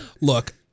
Look